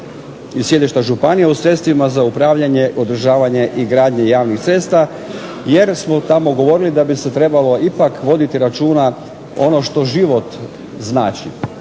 i sjedišta županija u sredstvima za upravljanje, održavanje i gradnje javnih cesta jer smo tamo govorili da bi se trebalo ipak voditi računa ono što život znači.